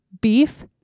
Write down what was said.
beef